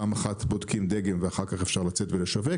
פעם אחת בודקים דגם ואחר כך אפשר לשווק.